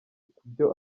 kubyo